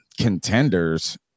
contenders